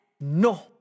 no